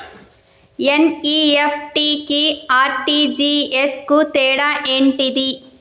NEFT కి RTGS కు తేడా ఏంటిది?